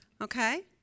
Okay